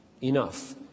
enough